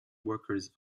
workers